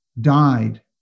died